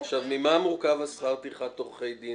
ממה מורכב שכר טרחת עורכי דין